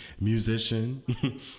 musician